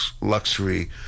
luxury